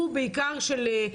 ואני מניחה שאתם מכירים.